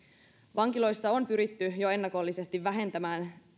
vankiloissa on pyritty jo ennakollisesti vähentämään